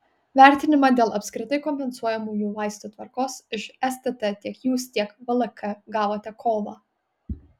vertinimą dėl apskritai kompensuojamųjų vaistų tvarkos iš stt tiek jūs tiek vlk gavote kovą